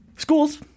Schools